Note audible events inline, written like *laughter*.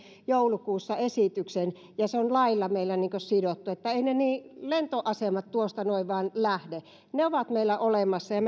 joulukuussa kaksituhattakymmenen esityksen ja se on meillä lailla niin kuin sidottu niin että eivät ne lentoasemat tuosta noin vain lähde ne ovat meillä olemassa ja *unintelligible*